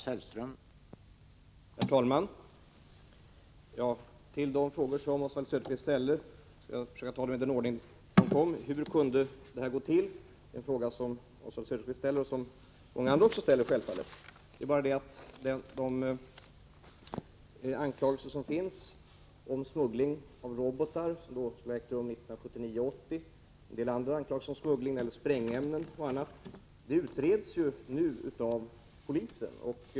Herr talman! Jag skall försöka svara på Oswald Söderqvists frågor i den ordning han ställde dem. Hur kunde det här gå till är en fråga som Oswald Söderqvist och självfallet många andra ställer. Det är bara det att de anklagelser som finns om smuggling av robotar, som skulle ägt rum 1979-1980, och en del andra anklagelser om smuggling — bl.a. beträffande sprängämnen — utreds nu av polisen.